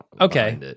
Okay